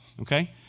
okay